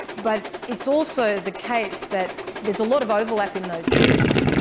but it's also the case that there is a lot of overlap in those theories.